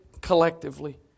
collectively